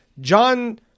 John